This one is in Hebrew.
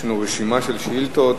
יש לנו רשימת שאילתות,